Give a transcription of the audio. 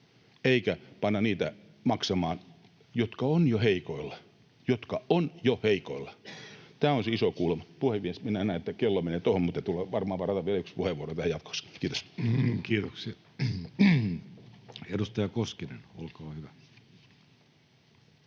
ovat jo heikoilla — jotka ovat jo heikoilla. Tämä on se iso kulma. Puhemies! Minä näen, että kello menee tuohon. Minun täytyy varmaan varata vielä yksi puheenvuoro tähän jatkossa. — Kiitos. Kiitoksia. — Edustaja Koskinen, olkaa hyvä.